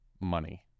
money